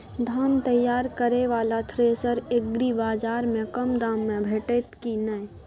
धान तैयार करय वाला थ्रेसर एग्रीबाजार में कम दाम में भेटत की नय?